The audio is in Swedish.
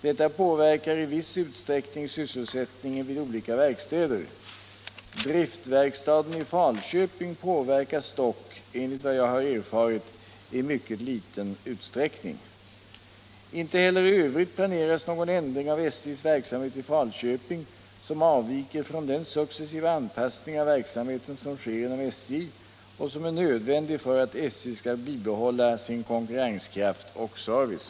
Detta påverkar i viss utsträckning sysselsättningen vid olika verkstäder. Driftverkstaden i Falköping påverkas dock enligt vad jag har erfarit i mycket liten utsträckning. Inte heller i övrigt planeras någon ändring av SJ:s verksamhet i Falköping som avviker från den successiva anpassning av verksamheten som sker inom SJ och som är nödvändig för att SJ skall bibehålla sin konkurrenskraft och service.